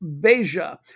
Beja